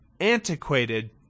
antiquated